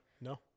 No